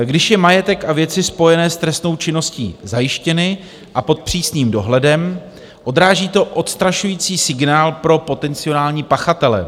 Když jsou majetek a věci spojené s trestnou činností zajištěny a pod přísným dohledem, odráží to odstrašující signál pro potenciální pachatele.